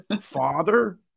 father